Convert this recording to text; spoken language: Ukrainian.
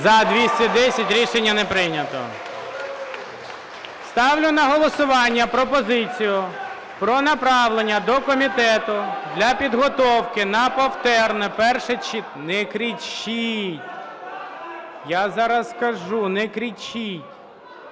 За-210 Рішення не прийнято. Ставлю на голосування пропозицію про направлення до комітету для підготовки на повторне перше... (Шум у залі) Не кричіть. Я зараз скажу, не кричіть.